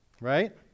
right